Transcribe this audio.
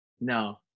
No